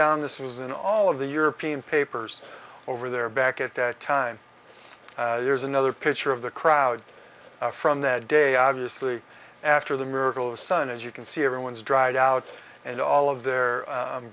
down this was in all of the european papers or over there back at that time there's another picture of the crowd from that day obviously after the miracle of sun as you can see everyone's dried out and all of their um